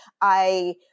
I-